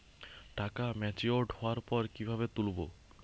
টাকা ম্যাচিওর্ড হওয়ার পর কিভাবে তুলব?